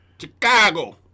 Chicago